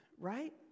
Right